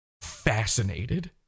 fascinated